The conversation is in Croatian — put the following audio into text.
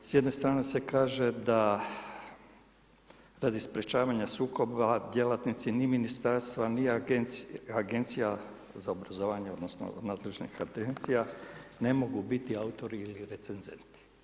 S jedne strane se kaže da radi sprječavanja sukoba djelatnici ni ministarstva ni agencija za obrazovanje odnosno nadležnih agencija, ne mogu biti autori ili recenzenti.